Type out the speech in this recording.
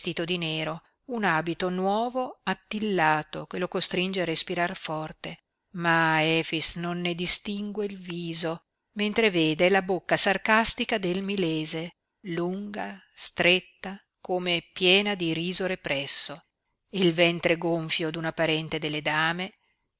di nero un abito nuovo attillato che lo costringe a respirar forte ma efix non ne distingue il viso mentre vede la bocca sarcastica del milese lunga stretta come piena di riso represso e il ventre gonfio d'una parente delle dame